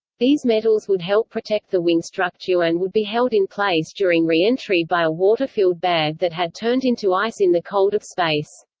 these metals would help protect the wing structure and would be held in place during re-entry by a water-filled bag that had turned into ice in the cold of space.